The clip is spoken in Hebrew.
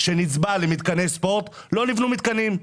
שנצבר למתקני ספורט לא שימש לבניית מתקנים.